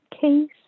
case